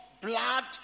blood